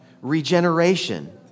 regeneration